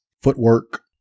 footwork